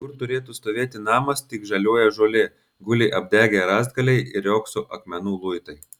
kur turėtų stovėti namas tik žaliuoja žolė guli apdegę rąstgaliai ir riogso akmenų luitai